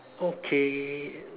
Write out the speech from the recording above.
okay